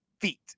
feet